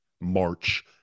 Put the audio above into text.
March